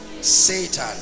Satan